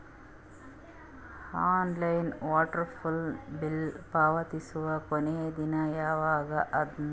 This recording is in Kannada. ಆನ್ಲೈನ್ ವೋಢಾಫೋನ ಬಿಲ್ ಪಾವತಿಸುವ ಕೊನಿ ದಿನ ಯವಾಗ ಅದ?